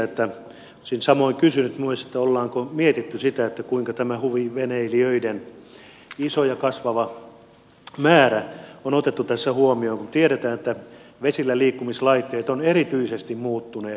olisin samoin kysynyt myös onko mietitty sitä kuinka tämä huviveneilijöiden iso ja kasvava määrä on otettu tässä huomioon kun tiedetään että vesilläliikkumislaitteet ovat erityisesti muuttuneet